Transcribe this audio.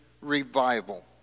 revival